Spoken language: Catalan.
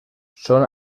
són